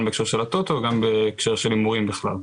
בהקשר של הטוטו וגם בהקשר של הימורים בכלל.